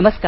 नमस्कार